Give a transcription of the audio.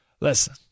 listen